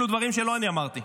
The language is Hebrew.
אלו דברים שלא אני אמרתי.